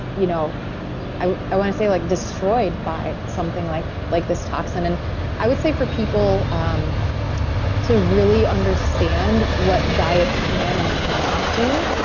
you know i i want to say, like destroyed by something like like this toxin. and i would say for people um to really understand what diet can and cannot do.